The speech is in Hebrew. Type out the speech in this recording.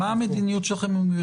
מה המדיניות שלכם אם הוא יוצא לביקור?